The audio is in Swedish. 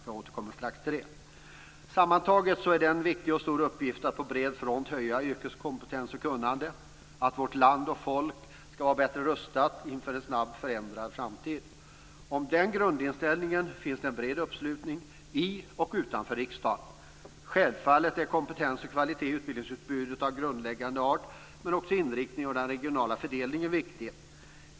Jag återkommer till det. Sammantaget är det en stor och viktig uppgift att på bred front höja yrkeskompetens och kunnande, att vårt land och folk skall vara bättre rustat inför en snabbt förändrad framtid. Om den grundinställningen finns det en bred uppslutning i och utanför riksdagen. Självfallet är kompetens och kvalitet i utbildningsutbudet av grundläggande art, men också inriktningen och den regionala fördelningen är viktiga.